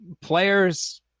players